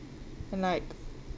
and like